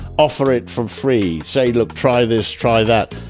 offer it for free, say look, try this, try that.